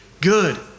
good